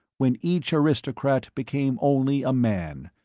when each aristocrat became only a man,